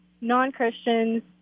non-Christians